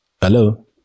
Hello